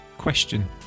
question